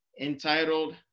entitled